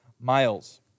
miles